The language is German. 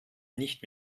nicht